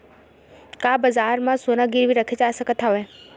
का बजार म सोना गिरवी रखे जा सकत हवय?